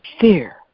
fear